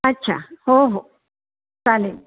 अच्छा हो हो चालेल